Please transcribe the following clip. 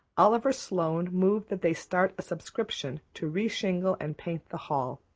oliver sloane moved that they start a subscription to re-shingle and paint the hall